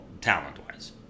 Talent-wise